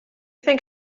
think